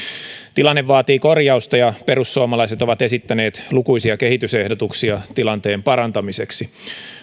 tilanne vaatii korjausta ja perussuomalaiset ovat esittäneet lukuisia kehitysehdotuksia tilanteen parantamiseksi